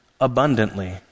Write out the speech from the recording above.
abundantly